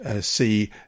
See